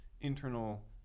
internal